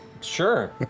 Sure